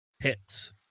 hits